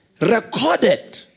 recorded